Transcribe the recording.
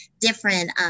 different